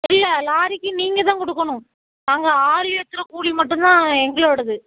இல்லை லாரிக்கு நீங்கள் தான் கொடுக்கணும் நாங்கள் ஆள் ஏற்றுற கூலி மட்டும் தான் எங்களோடது